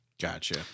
Gotcha